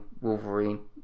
Wolverine